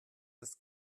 ist